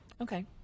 Okay